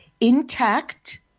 intact